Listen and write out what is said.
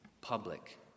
public